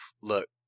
look